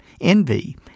envy